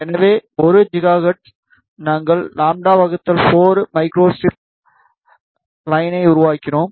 எனவே 1 GHz நாங்கள் λ 4 microstrip லைன்யை உருவாக்கினோம்